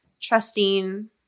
trusting